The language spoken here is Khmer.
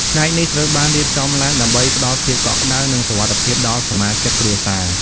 ផ្នែកនេះត្រូវបានរៀបចំឡើងដើម្បីផ្តល់ភាពកក់ក្តៅ និងសុវត្ថិភាពដល់សមាជិកគ្រួសារ ។